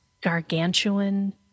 gargantuan